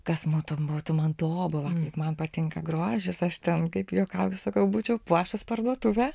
kas būtų būtų man tobula man patinka grožis aš ten kaip juokauju sakau būčiau puoštus parduotuvę